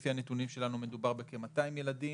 לפי הנתונים שלנו מדובר בכ-200 ילדים,